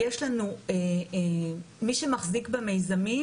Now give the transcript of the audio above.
מי שמחזיק במיזמים,